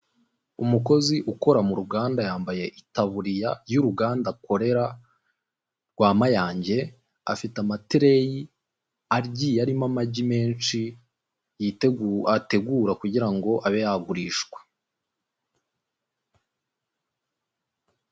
Umukozi ukora mu ruganda yambaye itaburiya y'uruganda Akorera rwa Mayange. Afite amatereyi agiye arimo amagi menshi ategura kugira ngo abe yagurishwa.